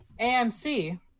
AMC